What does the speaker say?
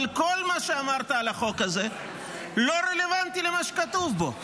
אבל כל מה שאמרת על החוק הזה לא רלוונטי למה שכתוב בו.